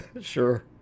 Sure